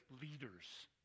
leaders